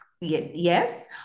Yes